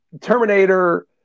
Terminator